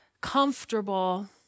comfortable